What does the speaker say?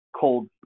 cold